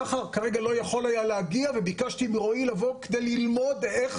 שחר כרגע לא יכול היה להגיע וביקשתי מרועי לבוא כדי ללמוד איך